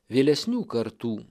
vėlesnių kartų